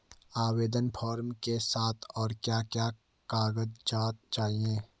आवेदन फार्म के साथ और क्या क्या कागज़ात चाहिए?